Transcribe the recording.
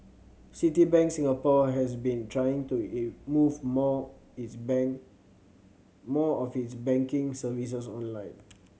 Citibank Singapore has been trying to move more its more of its banking services online